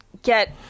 get